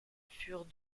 furent